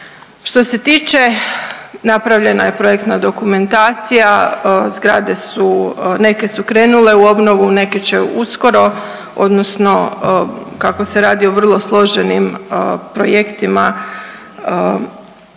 Što se tiče napravljena je projektna dokumentacija, zgrade su, neke su krenule u obnovu, neke će uskoro, odnosno kako se radi o vrlo složenim projektima